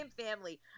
family